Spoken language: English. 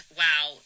wow